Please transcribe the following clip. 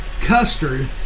custard